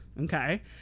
okay